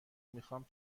میخوام